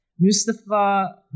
Mustafa